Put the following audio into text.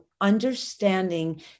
understanding